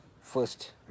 first